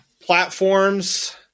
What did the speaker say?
platforms